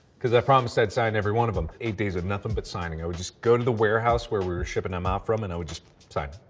because i promised i'd sign every one of em. eight days of nothing but signing. i would just go to the warehouse, where we were shipping them out from. and i would just sign.